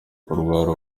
kurwara